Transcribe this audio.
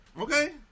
Okay